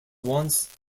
once